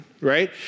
right